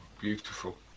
Beautiful